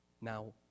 now